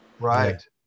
right